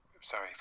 sorry